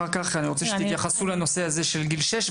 אחר כך אני רוצה שתתייחסו לנושא הזה של גיל שש,